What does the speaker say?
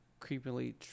creepily